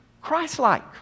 Christ-like